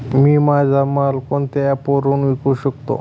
मी माझा माल कोणत्या ॲप वरुन विकू शकतो?